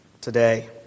today